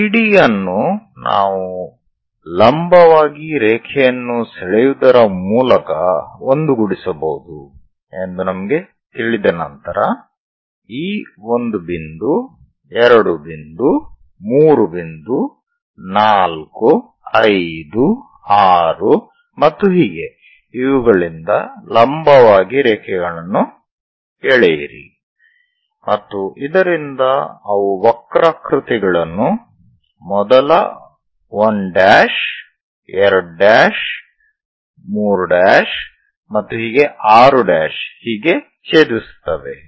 CD ಅನ್ನು ನಾವು ಲಂಬವಾಗಿ ರೇಖೆಯನ್ನು ಸೆಳೆಯುವುದರ ಮೂಲಕ ಒಂದುಗೂಡಿಸಬಹುದು ಎಂದು ನಮಗೆ ತಿಳಿದ ನಂತರ ಈ 1 ಬಿಂದು 2 ಬಿಂದು 3 ಬಿಂದು 4 5 6 ಮತ್ತು ಹೀಗೆ ಇವುಗಳಿಂದ ಲಂಬವಾಗಿ ರೇಖೆಯನ್ನು ಎಳೆಯಿರಿ ಮತ್ತು ಇದರಿಂದ ಅವು ವಕ್ರಾಕೃತಿಗಳನ್ನು ಮೊದಲ 1 2 3 ಮತ್ತು ಹೀಗೆ 6 ಹೀಗೆ ಛೇಧಿಸುತ್ತವೆ